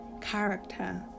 character